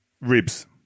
Ribs